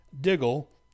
Diggle